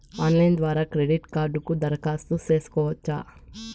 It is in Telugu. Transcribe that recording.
ఆన్లైన్ ద్వారా క్రెడిట్ కార్డుకు దరఖాస్తు సేసుకోవచ్చా?